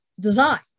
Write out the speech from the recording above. design